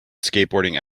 skateboarding